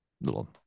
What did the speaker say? little